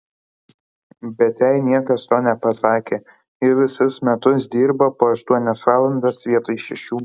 bet jai niekas to nepasakė ji visus metus dirbo po aštuonias valandas vietoj šešių